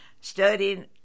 studying